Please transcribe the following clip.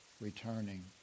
returning